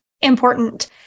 important